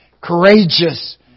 courageous